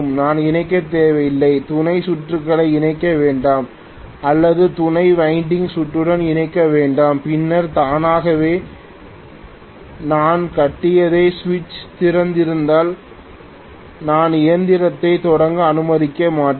நான் இணைக்க தேவையில்லை துணை சுற்றுகளை இணைக்க வேண்டாம் அல்லது துணை வைண்டிங் சுற்றுடன் இணைக்க வேண்டாம் பின்னர் தானாகவே நான் காட்டியதை சுவிட்ச் திறந்திருந்தால் நான் இயந்திரத்தை தொடங்க அனுமதிக்க மாட்டேன்